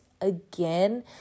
again